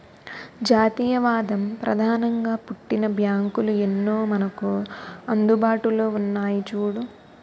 జాతీయవాదం ప్రధానంగా పుట్టిన బ్యాంకులు ఎన్నో మనకు అందుబాటులో ఉన్నాయి చూడు